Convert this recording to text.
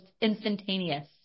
instantaneous